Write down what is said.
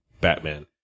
Batman